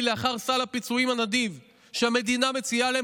לאחר סל הפיצויים הנדיב שהמדינה מציעה להם,